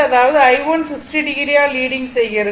அதாவது i1 60 o ஆல் leading செய்கிறது